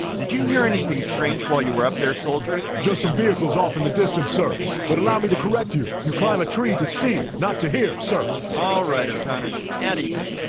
did you hear anything strange while you were up there soldier just some vehicles off in the distance sir but allow me to correct you you climb a tree to see not to hear sir alright, o'conner eddie's